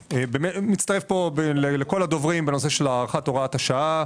אני מצטרף לכל הדוברים בנושא של הארכת הוראת השעה.